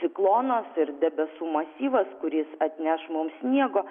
ciklonas ir debesų masyvas kuris atneš mums sniego